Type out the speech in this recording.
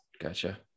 Gotcha